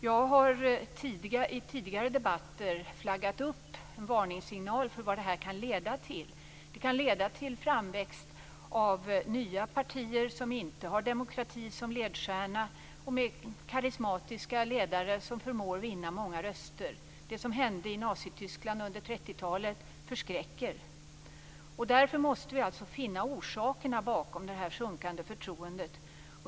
Jag har i tidigare debatter flaggat med varningssignal för vad detta kan leda till. Det kan leda till framväxt av nya partier som inte har demokrati som ledstjärna, men som med karismatiska ledare förmår vinna många röster. Det som hände i Nazityskland under 30-talet förskräcker. Därför måste vi finna orsakerna bakom det sjunkande förtroendet.